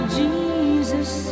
jesus